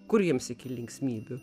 kur jiems iki linksmybių